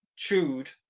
chewed